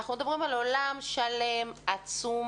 אנחנו מדברים על עולם שלם ועצום